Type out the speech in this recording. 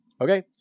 Okay